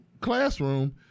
classroom